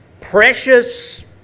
precious